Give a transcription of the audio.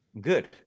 good